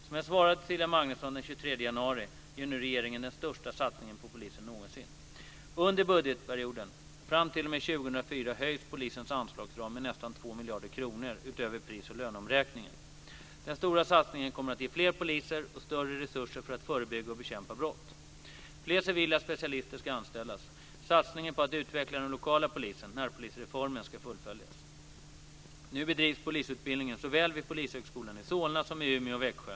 Som jag svarade Cecilia Magnusson den 23 januari gör nu regeringen den största satsningen på polisen någonsin. Under budgetperioden fram t.o.m. 2004 höjs polisens anslagsram med nästan 2 miljarder kronor utöver prisoch löneomräkningen. Den stora satsningen kommer att ge fler poliser och större resurser för att förebygga och bekämpa brott. Fler civila specialister ska anställas. Satsningen på att utveckla den lokala polisen - Nu bedrivs polisutbildning såväl vid Polishögskolan i Solna som i Umeå och Växjö.